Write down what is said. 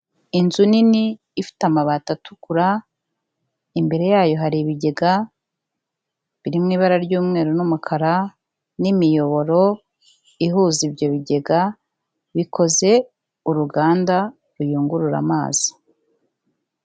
Inzu nini ifite amabati atukura, imbere yayo hari ibigega, birimo ibara ry'umweru n'umukara n'imiyoboro ihuza ibyo bigega, bikoze uruganda ruyungurura amazi.